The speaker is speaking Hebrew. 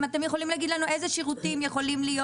אם תוכלו להגיד לנו אילו שירותים יכולים להיות.